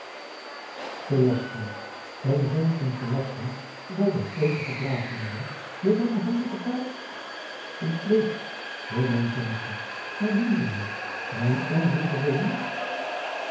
een zoon van velasco zoude een kleedje gedragen hebben door mijne handen vervaardigd een kleedje voor mijn zoontje mijn lieveling mijn